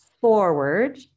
forward